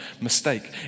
mistake